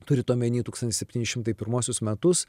turit omeny tūkstantis septyni šimtai pirmuosius metus